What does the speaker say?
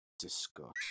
Disgust